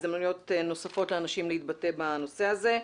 הזדמנויות נוספות לאנשים להתבטא בנושא הזה.